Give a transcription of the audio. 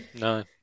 No